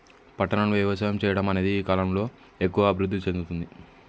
పట్టణం లో వ్యవసాయం చెయ్యడం అనేది ఈ కలం లో ఎక్కువుగా అభివృద్ధి చెందుతుంది